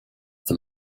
the